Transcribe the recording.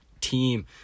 team